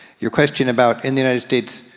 your question about, in the united states,